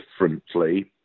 differently